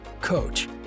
coach